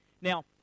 Now